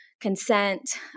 consent